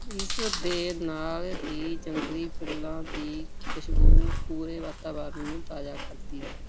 ਇਸ ਦੇ ਨਾਲ ਹੀ ਜੰਗਲੀ ਫੁੱਲਾਂ ਦੀ ਖੁਸ਼ਬੂ ਪੂਰੇ ਵਾਤਾਵਰਣ ਨੂੰ ਤਾਜ਼ਾ ਕਰਦੀ ਹੈ